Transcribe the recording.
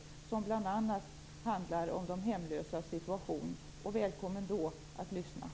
Den kommer bl.a. att handla om de hemlösas situation. Välkommen att lyssna då!